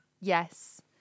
yes